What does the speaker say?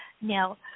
Now